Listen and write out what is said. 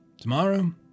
tomorrow